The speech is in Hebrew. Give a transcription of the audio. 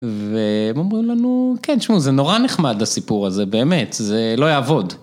ו..אומרים לנו כן , זה נורא נחמד הסיפור הזה באמת זה לא יעבוד.